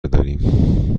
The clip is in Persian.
داریم